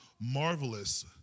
Marvelous